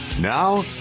Now